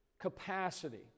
capacity